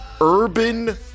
Urban